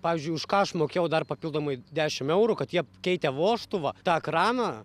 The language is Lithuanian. pavyzdžiui už ką aš mokėjau dar papildomai dešim eurų kad jie keitė vožtuvą tą kraną